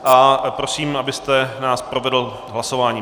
A prosím, abyste nás provedl hlasováním.